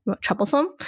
troublesome